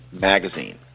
magazine